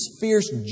fierce